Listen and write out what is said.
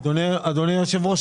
אדוני היושב-ראש,